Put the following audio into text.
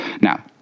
Now